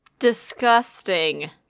disgusting